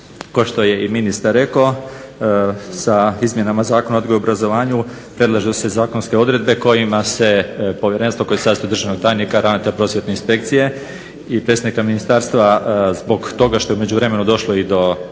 što je i ministar rekao, sa izmjenama Zakona o odgoju i obrazovanju predlažu se zakonske odredbe kojima se povjerenstvo koje se sastoji od državnog tajnika, ravnatelja Prosvjetne inspekcije i predstavnika ministarstva zbog toga što je u međuvremenu došlo i do promjena